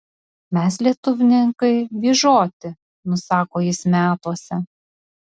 mes lietuvninkai vyžoti nusako jis metuose